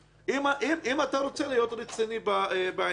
אם אתה רוצה להיות רציני בעניין הזה.